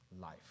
life